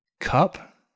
Cup